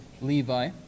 Levi